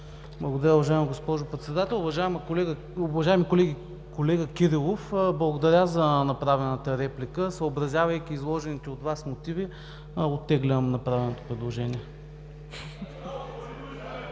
Благодаря Ви, уважаема госпожо Председател. Уважаеми колега Кирилов, благодаря за направената реплика. Съобразявайки изложените от Вас мотиви, оттеглям направеното предложение.